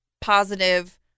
positive